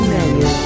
Menu